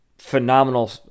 Phenomenal